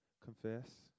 Confess